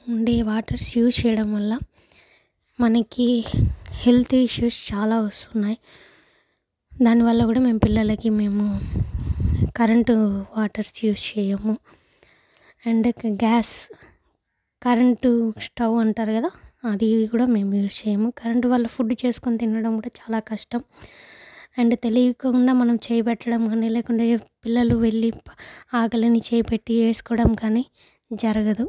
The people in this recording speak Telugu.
ఉండే వాటర్స్ యూస్ చేయడం వల్ల మనకి హెల్త్ ఇష్యూస్ చాలా వస్తున్నాయి దాని వల్ల కూడా మేము పిల్లలకి మేము కరెంటు వాటర్ యూస్ చేయము అండ్ గ్యాస్ కరెంటు స్టవ్ అంటారు కదా అది కూడా మేము యూస్ చేయము కరెంటు వల్ల ఫుడ్ చేసుకుని తినడం కూడా చాలా కష్టం అండ్ తెలియకుండా మనం చెయ్యి పెట్టడం కానీ లేకుండా పిల్లలు వెళ్లి ఆకలని చెప్పి చెయ్యి పెట్టి వేసుకోవడం కానీ జరగదు